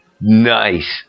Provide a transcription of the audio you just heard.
Nice